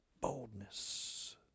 Boldness